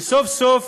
וסוף-סוף,